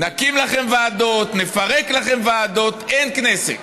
נקים לכם ועדות, נפרק לכם ועדות, אין כנסת,